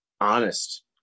honest